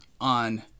on